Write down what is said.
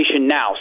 now